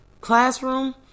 classroom